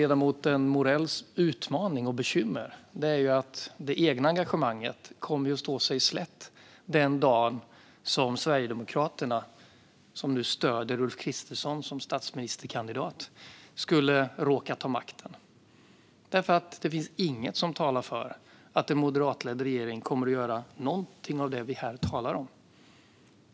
Ledamoten Morells utmaning och bekymmer är att det egna engagemanget kommer att stå sig slätt den dagen som Sverigedemokraterna, som nu stöder Ulf Kristersson som statsministerkandidat, skulle råka ta makten. Det finns inget som talar för att en moderatledd regering kommer att göra någonting av det vi här talar om.